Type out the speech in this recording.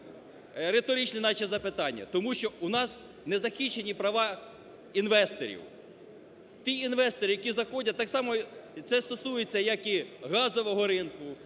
Риторичне наче запитання. Тому що у нас не захищені права інвесторів. Ті інвестори, які заходять, так само це стосується як і газового ринку,